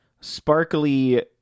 sparkly